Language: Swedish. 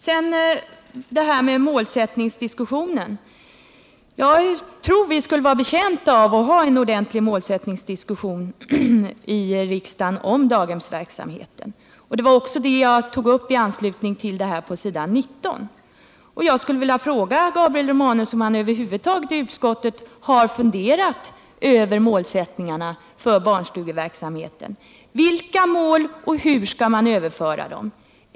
Jag tror att vi skulle vara betjänta av att här i riksdagen ha en ordentlig målsättningsdiskussion om daghemsverksamheten. Det var också det jag tog upp i anslutning till vad som står på s. 19 i utskottsbetänkandet. Jag skulle vilja fråga Gabriel Romanus om man över huvud taget i utskottet har funderat över målsättningarna för barnstugeverksamheten. Vilka mål har man uppställt och hur skall man uppnå dem?